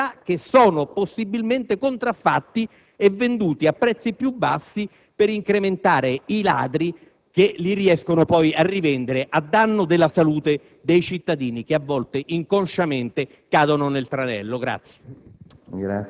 che si sa che sono possibilmente contraffatti e venduti a prezzi più bassi per far arricchire i ladri che riescono poi a rivenderli a danno della salute dei cittadini che a volte, inconsciamente, cadono nel tranello.